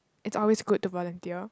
it's always good to volunteer